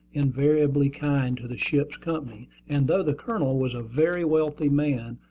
invariably kind to the ship's company and though the colonel was a very wealthy man,